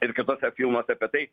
ir kituose filmuose apie tai